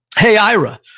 hey ira,